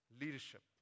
leadership